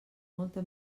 molta